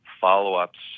follow-ups